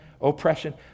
oppression